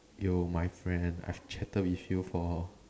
yo my friend I've chatted with you for